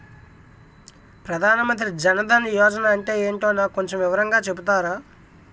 ప్రధాన్ మంత్రి జన్ దన్ యోజన అంటే ఏంటో నాకు కొంచెం వివరంగా చెపుతారా?